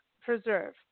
preserve